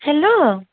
hello